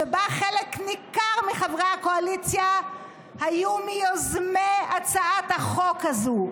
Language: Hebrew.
שבה חלק ניכר מחברי הקואליציה היו מיוזמי הצעת החוק הזו,